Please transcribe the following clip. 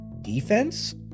defense